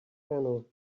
canal